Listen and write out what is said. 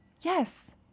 Yes